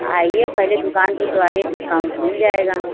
आइए पहले दुकान पर तो आइए डिस्काउन्ट मिल जाएगा